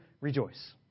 rejoice